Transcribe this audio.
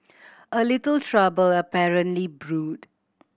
a little trouble apparently brewed